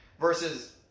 versus